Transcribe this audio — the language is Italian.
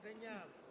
Credo